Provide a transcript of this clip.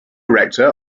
rector